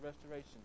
restoration